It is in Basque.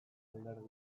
alderdiek